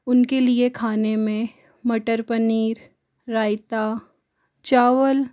उनके लिए खाने में मटर पनीर रायता चावल